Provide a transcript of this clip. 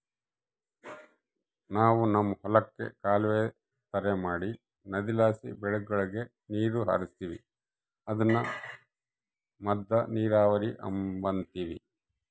ನಾವು ನಮ್ ಹೊಲುಕ್ಕ ಕಾಲುವೆ ತರ ಮಾಡಿ ನದಿಲಾಸಿ ಬೆಳೆಗುಳಗೆ ನೀರು ಹರಿಸ್ತೀವಿ ಅದುನ್ನ ಮದ್ದ ನೀರಾವರಿ ಅಂಬತೀವಿ